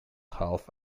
half